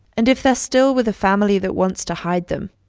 and if they're still with a family that wants to hide them,